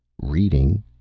Reading